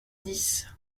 dix